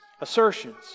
assertions